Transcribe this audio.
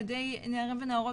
על ידי נערים ונערות,